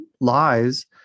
lies